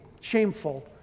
shameful